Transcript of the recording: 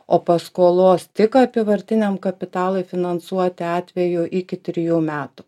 o paskolos tik apyvartiniam kapitalui finansuoti atveju iki trijų metų